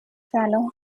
فعله